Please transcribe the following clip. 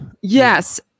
Yes